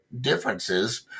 differences